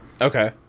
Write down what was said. Okay